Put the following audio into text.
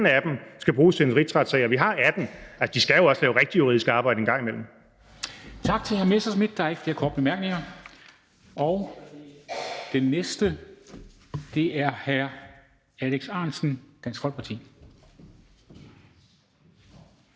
af dem skal bruges til en rigsretssag, når vi har 18. Altså, de skal jo også lave rigtig juridisk arbejde en gang imellem.